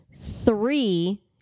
three